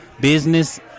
business